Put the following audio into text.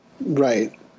Right